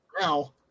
Now